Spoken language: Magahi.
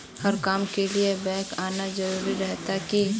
हर काम के लिए बैंक आना जरूरी रहते की?